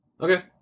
okay